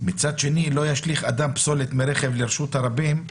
מצד שני, לא ישליך אדם פסולת מרכב לרשות הרבים.